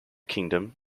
kingdom